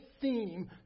theme